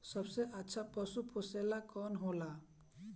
सबसे अच्छा पशु पोसेला कौन होला?